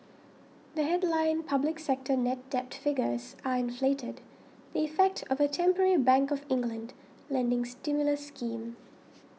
the headline public sector net debt figures are inflated the effect of a temporary Bank of England lending stimulus scheme